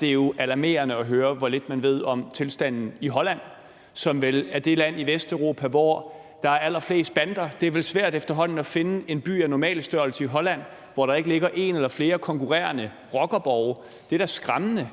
Det er jo alarmerende at høre, hvor lidt man ved om tilstanden i Holland, som vel er det land i Vesteuropa, hvor der er allerflest bander. Det er vel svært efterhånden at finde en by af normal størrelse i Holland, hvor der ikke ligger en eller flere konkurrerende rockerborge. Det er da skræmmende,